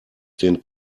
den